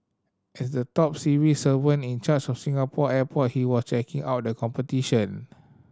as the top civil servant in charge of Singapore airport he was checking out the competition